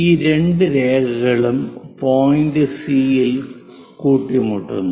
ഈ രണ്ട് രേഖകളും പോയിന്റ് സി യിൽ കൂട്ടിമുട്ടുന്നു